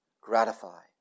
gratify